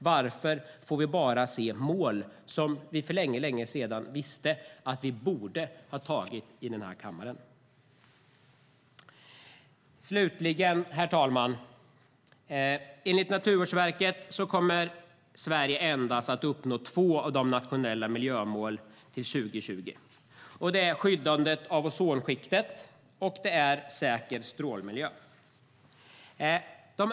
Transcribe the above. Varför får vi bara se mål som vi för länge sedan visste att vi borde ha antagit i den här kammaren? Herr talman! Enligt Naturvårdsverket kommer Sverige endast att uppnå två av de nationella miljömålen till 2020 - Skyddande ozonskikt och Säker strålmiljö.